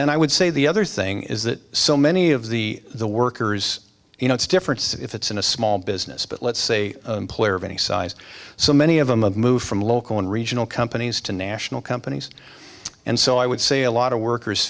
then i would say the other thing is that so many of the the workers you know it's a difference if it's in a small business but let's say of any size so many of them of move from local and regional companies to national companies and so i would say a lot of workers